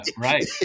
Right